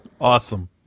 Awesome